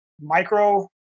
micro